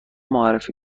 معرفی